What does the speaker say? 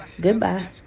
goodbye